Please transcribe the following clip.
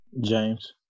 James